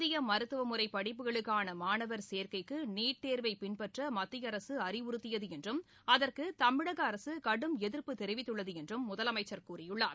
இந்திய மருத்துவமுறை படிப்புகளுக்கான மாணவர் சேர்க்கைக்கு நீட் தேர்வை பின்பற்ற மத்திய அரசு அறிவுறுத்தியது என்றும் அதற்கு தமிழக அரசு கடும் எதிர்ப்பு தெரிவித்துள்ளது என்றும் முதலமைச்சர் கூறியுள்ளார்